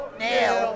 nail